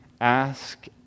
Ask